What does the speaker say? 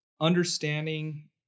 understanding